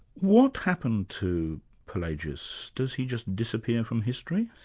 what happened to pelagius? does he just disappear from history?